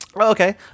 Okay